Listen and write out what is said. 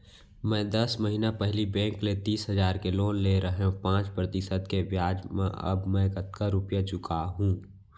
मैं दस महिना पहिली बैंक ले तीस हजार के लोन ले रहेंव पाँच प्रतिशत के ब्याज म अब मैं कतका रुपिया चुका हूँ?